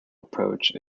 approach